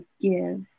give